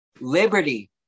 Liberty